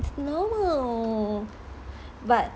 no but